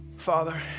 Father